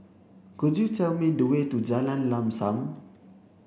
could you tell me the way to Jalan Lam Sam